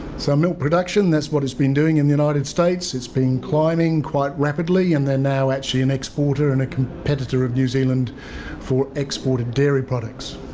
so, milk production that's what it's been doing in the united states. it's been climbing quite rapidly and they're now actually an exporter and a competitor of new zealand for exported dairy products.